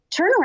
turnaround